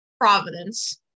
Providence